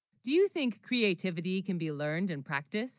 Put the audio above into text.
do you, think creativity can be learned and practiced